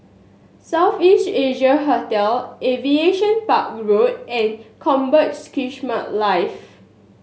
South East Asia Hotel Aviation Park Road and Combat Skirmish Live